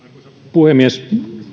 puhemies